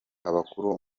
abakuru